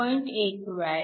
1 W